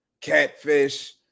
catfish